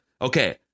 Okay